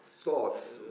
thoughts